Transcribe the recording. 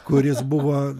kuris buvo